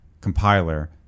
compiler